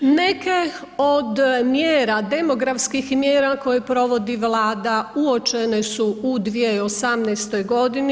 Neke od mjera, demografskih mjera koje provodi Vlada uočene su u 2018. godini.